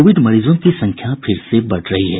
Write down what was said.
Covid मरीजों की संख्या फिर से बढ़ रही है